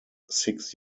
six